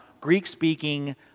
Greek-speaking